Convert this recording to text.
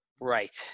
right